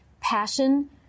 passion